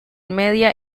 media